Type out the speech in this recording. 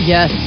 Yes